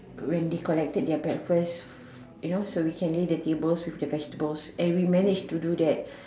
when they collected their breakfast you know so we can lay the tables with the vegetables and we managed to do that